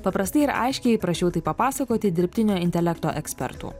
paprastai ir aiškiai prašiau tai papasakoti dirbtinio intelekto ekspertų